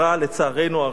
לצערנו הרב,